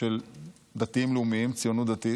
של דתיים לאומיים, ציונות דתית,